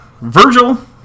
Virgil